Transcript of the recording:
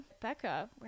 Becca